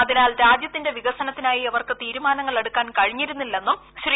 അതിനാൽ രാജ്യത്തിന്റെ വികസനത്തിനായി അവർക്ക് തീരുമാനങ്ങളെടുക്കാൻ കഴിഞ്ഞിരുന്നില്ലെന്നും ശ്രീ